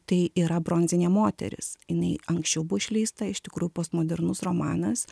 tai yra bronzinė moteris jinai anksčiau buvo išleista iš tikrųjų postmodernus romanas